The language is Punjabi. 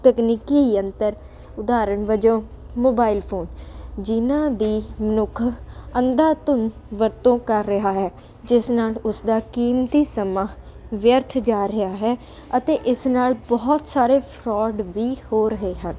ਤਕਨੀਕੀ ਯੰਤਰ ਉਦਾਹਰਣ ਵਜੋਂ ਮੋਬਾਈਲ ਫੋਨ ਜਿਨ੍ਹਾਂ ਦੀ ਮਨੁੱਖ ਅੰਧਾ ਧੁਨ ਵਰਤੋਂ ਕਰ ਰਿਹਾ ਹੈ ਜਿਸ ਨਾਲ ਉਸਦਾ ਕੀਮਤੀ ਸਮਾਂ ਵਿਅਰਥ ਜਾ ਰਿਹਾ ਹੈ ਅਤੇ ਇਸ ਨਾਲ ਬਹੁਤ ਸਾਰੇ ਫਰੋਡ ਵੀ ਹੋ ਰਹੇ ਹਨ